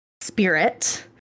spirit